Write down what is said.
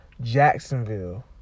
Jacksonville